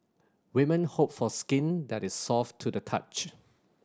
women hope for skin that is soft to the touch